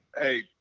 hey